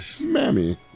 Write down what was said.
mammy